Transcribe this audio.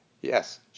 Yes